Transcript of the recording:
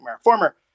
former